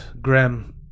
Graham